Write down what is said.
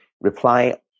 reply